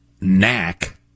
Knack